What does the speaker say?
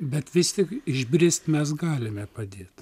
bet vis tik išbrist mes galime padėt